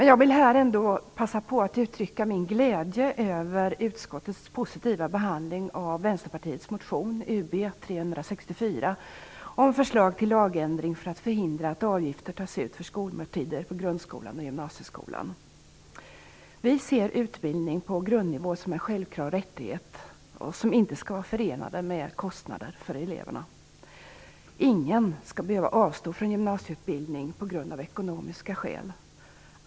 Jag vill ändå här passa på att uttrycka min glädje över utskottets positiva behandling av Vänsterpartiets motion Ub364 om förslag till lagändring för att förhindra att avgifter tas ut för skolmåltider på grundskolan och gymnasieskolan. Vi ser utbildning på grundnivå som en självklar rättighet som inte skall vara förenad med kostnader för eleverna. Ingen skall behöva avstå från gymnasieutbildning av ekonomiska skäl.